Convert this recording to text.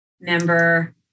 member